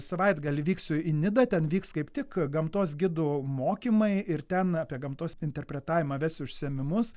savaitgalį vyksiu į nidą ten vyks kaip tik gamtos gidų mokymai ir ten apie gamtos interpretavimą ves užsiėmimus